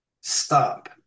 stop